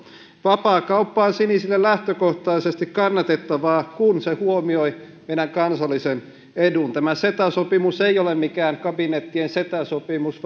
on sinisille lähtökohtaisesti kannatettavaa kun se huomioi meidän kansallisen edun tämä ceta sopimus ei ole mikään kabinettien setäsopimus